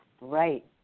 Right